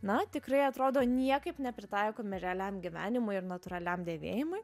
na tikrai atrodo niekaip nepritaikomi realiam gyvenimui ir natūraliam dėvėjimui